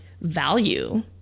value